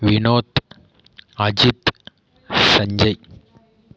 Vinod Ajith Sanjay